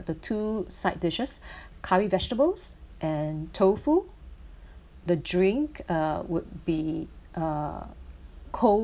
the two side dishes curry vegetables and tofu the drink uh would be uh cold